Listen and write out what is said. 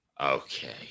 Okay